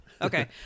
Okay